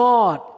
God